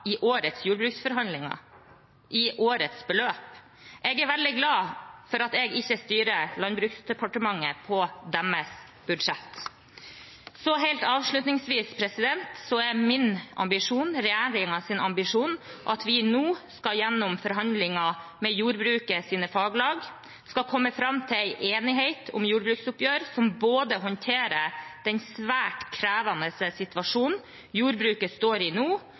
i årets jordbruksforhandlinger, i årets beløp. Jeg er veldig glad for at jeg ikke styrer Landbruksdepartementet på deres budsjett. Helt avslutningsvis: Min og regjeringens ambisjon er at vi nå gjennom forhandlinger med jordbrukets faglag skal komme fram til en enighet om jordbruksoppgjøret som både håndterer den svært krevende situasjonen jordbruket står i